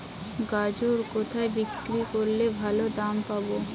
গাজর কোথায় বিক্রি করলে ভালো দাম পাব?